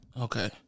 Okay